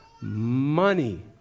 money